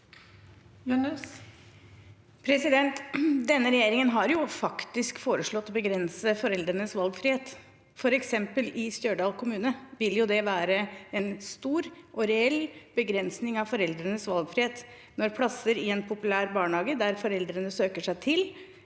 Denne regjering- en har jo faktisk foreslått å begrense foreldrenes valgfrihet. For eksempel vil det i Stjørdal kommune være en stor og reell begrensning av foreldrenes valgfrihet når plasser i en populær barnehage som foreldrene søker seg til,